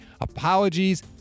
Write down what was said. Apologies